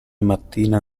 mattina